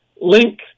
link